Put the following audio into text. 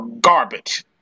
garbage